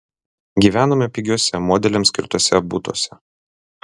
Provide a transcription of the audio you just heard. gyvenome pigiuose modeliams skirtuose butuose